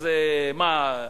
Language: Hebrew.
אז מה,